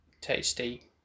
tasty